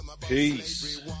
Peace